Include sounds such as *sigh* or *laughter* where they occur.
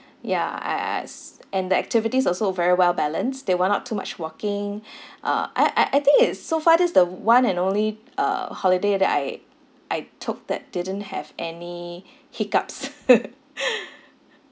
ya uh us and the activities also very well balanced there were not too much walking uh I I I think it's so far this is the one and only uh holiday that I I took that didn't have any hiccups *laughs*